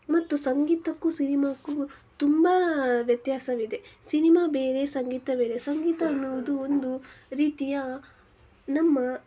ಮತ್ತು ಸಂಗೀತಕ್ಕೂ ಸಿನಿಮಾಕ್ಕೂ ತುಂಬ ವ್ಯತ್ಯಾಸವಿದೆ ಸಿನಿಮಾ ಬೇರೆ ಸಂಗೀತ ಬೇರೆ ಸಂಗೀತ ಅನ್ನುವುದು ಒಂದು ರೀತಿಯ ನಮ್ಮ